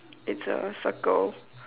it's a circle